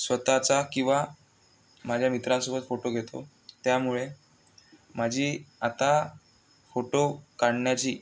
स्वतःचा किंवा माझ्या मित्रांसोबत फोटो घेतो त्यामुळे माझी आता फोटो काढण्याची